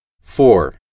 four